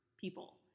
people